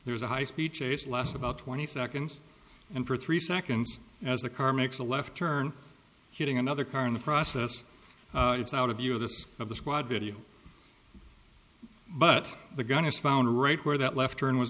there is a high speed chase last about twenty seconds and for three seconds as the car makes a left turn hitting another car in the process it's out of view of this of the squad video but the gun was found right where that left turn was